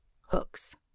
hooks